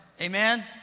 Amen